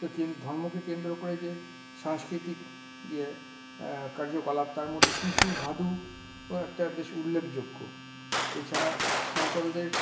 ধর্মকে কেন্দ্র করে যে সাংস্কৃতিক কার্যকলাপ তার মধ্যে টুসু ভাদুও একটা বেশ উল্লেখযোগ্য এছাড়া সাঁওতালদের